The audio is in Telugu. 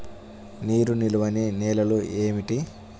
నీరు నిలువని నేలలు ఏమిటి?